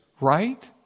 right